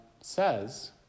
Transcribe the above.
says